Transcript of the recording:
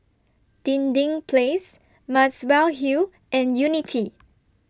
Dinding Place Muswell Hill and Unity